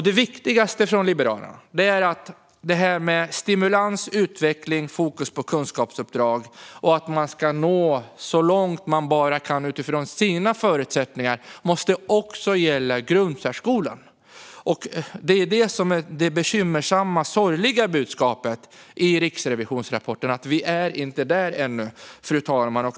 Det viktigaste för Liberalerna är att detta med stimulans, utveckling och fokus på kunskapsuppdrag och att man ska nå så långt man bara kan utifrån sina förutsättningar måste gälla även för grundsärskolan. Det bekymmersamma och sorgliga budskapet i Riksrevisionens rapport, fru talman, är att vi inte är där ännu.